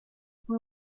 fue